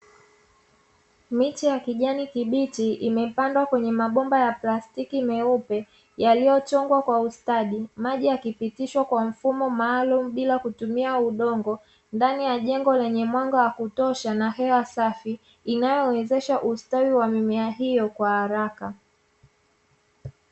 Miche ya kijani kibichi imepandwa kwenye mabomba ya plastiki meupe yaliyochongwa kwa ustadi. Maji yakipitishwa kwa mfumo maalumu bila kutumia udongo; ndani ya jengo lenye mwanga wa kutosha na hewa safi inayowezesha ustawi wa mimea hiyo kwa haraka.